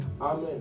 Amen